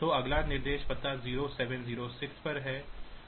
तो अगला निर्देश पता 0706 पर है